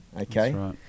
okay